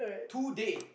today